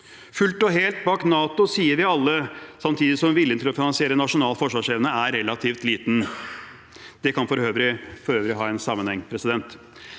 Fullt og helt bak NATO, sier vi alle, samtidig som viljen til å finansiere nasjonal forsvarsevne er relativt liten. Det kan for øvrig ha en sammenheng. Enkelte